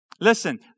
Listen